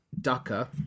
Ducker